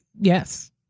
yes